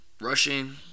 rushing